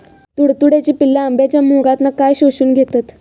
तुडतुड्याची पिल्ला आंब्याच्या मोहरातना काय शोशून घेतत?